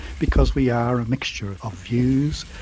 because we are a mixture of views,